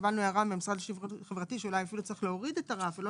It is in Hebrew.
קיבלנו הערה מהמשרד לשוויון חברתי שאולי אפילו צריך להוריד את הרף ולא